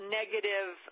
negative